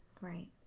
Right